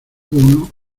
uno